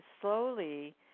slowly